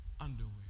underwear